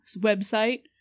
website